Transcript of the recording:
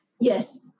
Yes